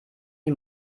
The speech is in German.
die